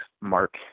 Mark